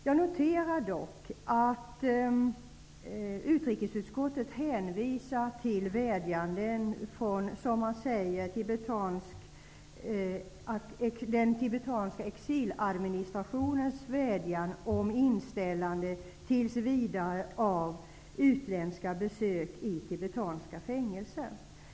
Jag noterar dock att utrikesutskottet hänvisar till, som man säger, ''den tibetanska exiladministrationens vädjan om inställande tills vidare av utländska besök i tibetanska fängelser''.